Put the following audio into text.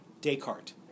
Descartes